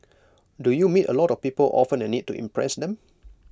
do you meet A lot of people often and need to impress them